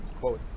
quote